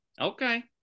okay